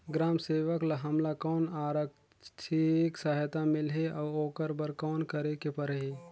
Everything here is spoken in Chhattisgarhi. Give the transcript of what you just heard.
ग्राम सेवक ल हमला कौन आरथिक सहायता मिलही अउ ओकर बर कौन करे के परही?